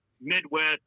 Midwest